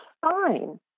fine